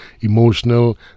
emotional